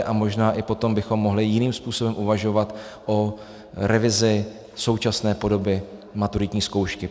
A možná i potom bychom mohli jiným způsobem uvažovat o revizi současné podoby maturitní zkoušky.